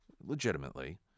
legitimately